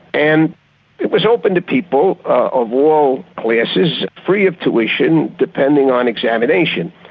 and it was open to people of all classes, free of tuition, depending on examination.